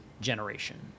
generation